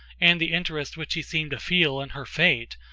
and the interest which he seemed to feel in her fate,